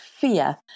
fear